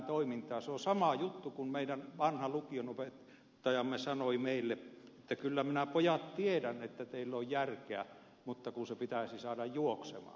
se on sama juttu kuin meidän vanha lukion opettajamme sanoi meille että kyllä minä pojat tiedän että teillä on järkeä mutta kun se pitäisi saada juoksemaan